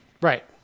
right